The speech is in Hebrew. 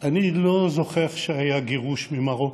אני לא זוכר שהיה גירוש של יהודים ממרוקו.